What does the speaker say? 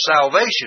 salvation